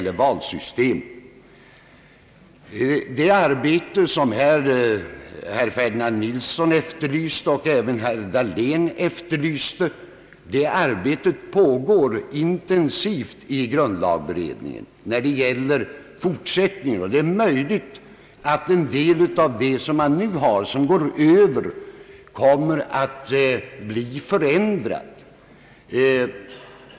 Det arbete för framtiden som herr Ferdinand Nilsson och herr Dahlén efterlyste pågår intensivt i grundlagberedningen. Det är möjligt att en del av det som följer med till enkammarsystemet kommer att förändras.